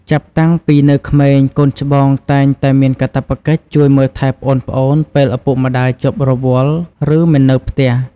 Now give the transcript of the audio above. ចាប់តាំំងពីនៅក្មេង កូនច្បងតែងតែមានកាតព្វកិច្ចជួយមើលថែប្អូនៗពេលឪពុកម្ដាយជាប់រវល់ ឬមិននៅផ្ទះ។